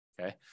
Okay